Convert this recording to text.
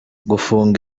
gufunga